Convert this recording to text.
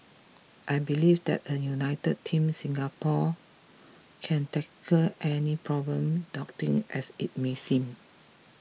I believe that a united Team Singapore can tackle any problem as it may seem